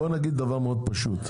בואו נגיד דבר פשוט.